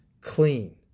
Clean